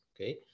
okay